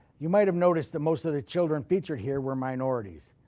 you might have noticed that most of the children featured here were minorities,